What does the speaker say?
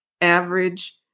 average